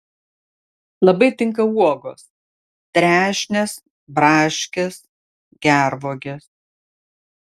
labai tinka uogos trešnės braškės gervuogės